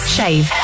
Shave